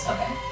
Okay